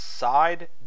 side